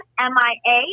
M-I-A